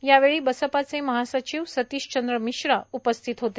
यावेळी बसपाचे महासचिव सतिशचंद्र मिश्रा उपस्थित होते